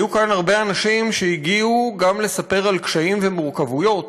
היו כאן הרבה אנשים שהגיעו גם לספר על קשיים ומורכבויות,